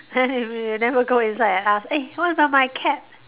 then you never go inside and ask eh what about my cat